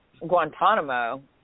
Guantanamo